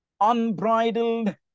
unbridled